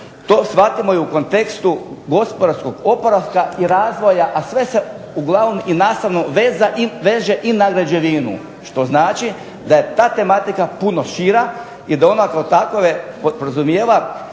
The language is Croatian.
to shvatimo i u kontekstu gospodarskog oporavka i razvoja, a sve nastavno veže i na građevinu, što znači da je ta tematika puno šira i da ona kao takove podrazumijeva